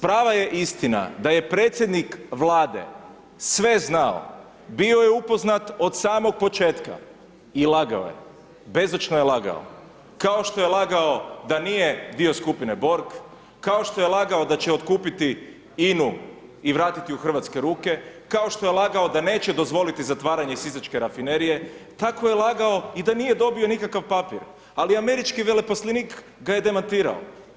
Prava je istina da je predsjednik Vlade sve znao, bio je upoznat od samog početka i lagao je, bezočno je lagao, kao što je lagao da nije dio skupine Borg, kao što je lagao da će otkupiti INU i vratiti u hrvatske ruke, kao što je lagao da neće dozvoliti zatvaranje Sisačke rafinerije, tako je lagao i da nije dobio nikakav papir, ali američki veleposlanik ga je demantirao.